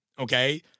Okay